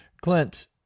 Clint